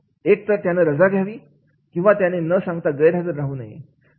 एक तर त्यांना रजा घ्यावीकिंवा त्याने न सांगता गैरहजर राहू नये